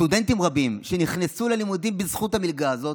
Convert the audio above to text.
סטודנטים רבים נכנסו ללימודים בזכות המלגה הזאת,